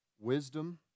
wisdom